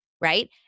right